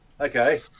okay